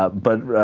ah but